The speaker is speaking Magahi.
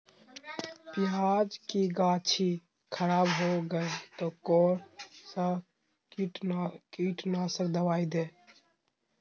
प्याज की गाछी खराब हो गया तो कौन सा कीटनाशक दवाएं दे?